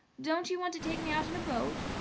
don't you want to take me out in a boat?